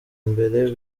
imbere